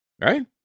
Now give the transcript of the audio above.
right